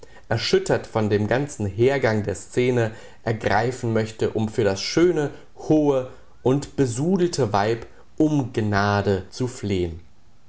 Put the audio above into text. erschüttert von dem ganzen hergang der szene ergreifen möchte um für das schöne hohe nun besudelte weib um gnade zu flehn